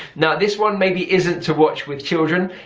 now this one maybe isn't to watch with children.